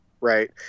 right